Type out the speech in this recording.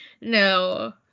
No